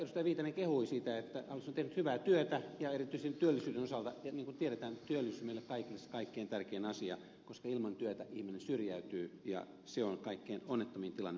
viitanen kehui sitä että hallitus on tehnyt hyvää työtä ja erityisesti työllisyyden osalta ja niin kuin tiedetään työllisyys meille kaikille on se kaikkein tärkein asia koska ilman työtä ihminen syrjäytyy ja se on kaikkein onnettomin tilanne mihinkä voidaan päätyä